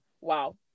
wow